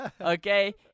Okay